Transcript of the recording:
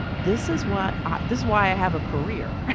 this is what ah this why i have a career